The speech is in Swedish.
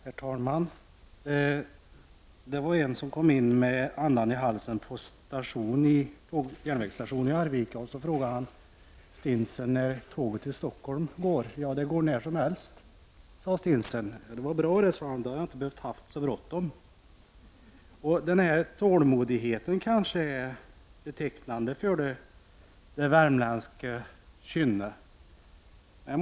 Herr talman! Det var en som kom in med andan i halsen på järnvägsstationen i Arvika och frågade stinsen: När går tåget till Stockholm? Det går när som helst, svarade stinsen. Det var bra det, sade han som skulle med tåget, då hade jag inte behövt ha så bråttom. Den här tålmodigheten kanske är betecknande för det värmländska kynnet.